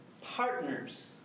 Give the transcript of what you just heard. Partners